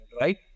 right